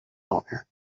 owner